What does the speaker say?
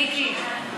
מיקי,